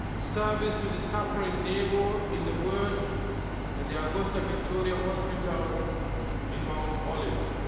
service to the suffering neighbor in the word and the ah augusta victoria hospital in mount olive.